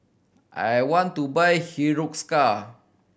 I want to buy Hiruscar